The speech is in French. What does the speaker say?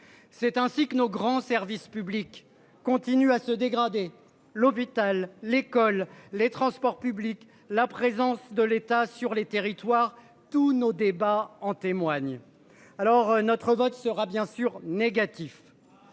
C'est ainsi que nos grands services publics continue à se dégrader l'hôpital l'école, les transports publics la présence de l'État sur les territoires tous nos débats en témoignent. Alors notre vote sera bien sûr négatif.